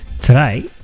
Today